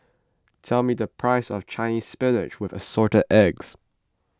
tell me the price of Chinese Spinach with Assorted Eggs